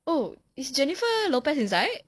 oh is jennifer lopez inside